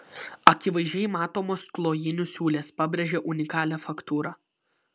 akivaizdžiai matomos klojinių siūlės pabrėžia unikalią faktūrą